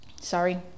Sorry